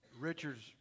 Richard's